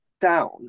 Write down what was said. Down